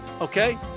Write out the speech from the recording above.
Okay